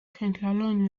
centraron